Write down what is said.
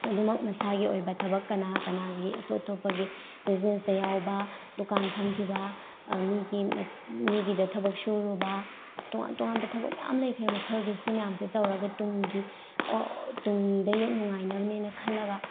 ꯑꯗꯨꯃꯛ ꯃꯁꯥꯒꯤ ꯑꯣꯏꯕ ꯊꯕꯛ ꯀꯅꯥ ꯀꯅꯥꯒꯤ ꯑꯇꯣꯞ ꯑꯇꯣꯞꯄꯒꯤ ꯕꯤꯖꯤꯅꯦꯁꯇ ꯌꯥꯎꯕ ꯗꯨꯀꯥꯟ ꯐꯝꯈꯤꯕ ꯃꯤꯒꯤ ꯃꯤꯒꯤꯗ ꯊꯕꯛ ꯁꯨꯔꯨꯕ ꯇꯣꯉꯥꯟ ꯇꯣꯉꯥꯟꯕ ꯊꯕꯛ ꯃꯌꯥꯝ ꯂꯩꯈ꯭ꯔꯦ ꯃꯈꯜꯒꯤ ꯁꯤ ꯃꯌꯥꯝꯁꯦ ꯇꯧꯔꯒ ꯇꯨꯡꯒꯤ ꯇꯨꯡꯗ ꯅꯨꯡꯉꯥꯏꯅꯕꯅꯦꯅ ꯈꯜꯂꯒ